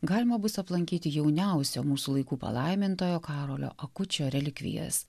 galima bus aplankyti jauniausio mūsų laikų palaimintojo karolio akučio relikvijas